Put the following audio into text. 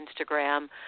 instagram